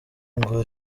ngo